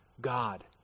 God